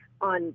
on